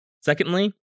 Secondly